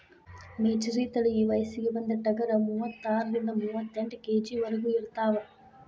ಮೆಚರಿ ತಳಿ ವಯಸ್ಸಿಗೆ ಬಂದ ಟಗರ ಮೂವತ್ತಾರರಿಂದ ಮೂವತ್ತೆಂಟ ಕೆ.ಜಿ ವರೆಗು ಇರತಾವ